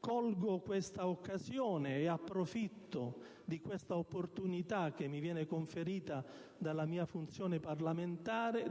colgo questa occasione, approfitto di questa opportunità che mi viene conferita dalla mia funzione parlamentare